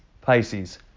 Pisces